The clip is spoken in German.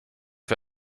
für